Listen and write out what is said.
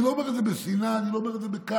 אני לא אומר את זה בשנאה, אני לא אומר את זה בכעס.